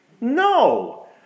No